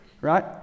right